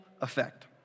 effect